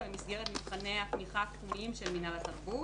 במסגרת מבחני התמיכה התחומיים של מינהל התרבות,